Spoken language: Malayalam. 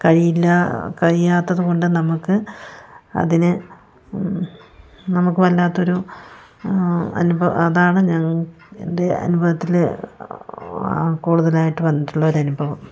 കഴിയില്ല കഴിയാത്തതുകൊണ്ട് നമുക്ക് അതിന് നമുക്ക് വല്ലാത്തൊരു അനുഭവം അതാണ് ഞ എൻ്റെ അനുഭവത്തില് കൂടുതലായിട്ട് വന്നിട്ടുള്ള ഒരനുഭവം